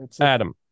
Adam